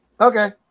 okay